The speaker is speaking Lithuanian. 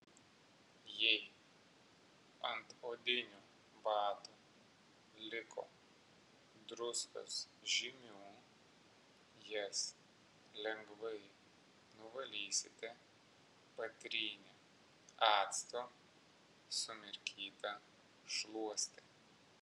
jei ant odinių batų liko druskos žymių jas lengvai nuvalysite patrynę actu sumirkyta šluoste